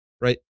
Right